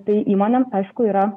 tai įmonėms aišku yra